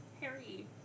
Harry